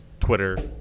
Twitter